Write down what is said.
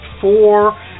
four